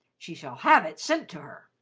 she shall have it sent to her.